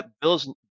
Bills